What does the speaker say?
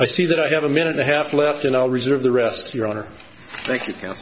i see that i have a minute and a half left and i'll reserve the rest of your honor thank you